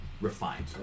refined